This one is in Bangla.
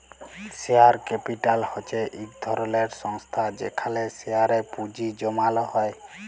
শেয়ার ক্যাপিটাল হছে ইক ধরলের সংস্থা যেখালে শেয়ারে পুঁজি জ্যমালো হ্যয়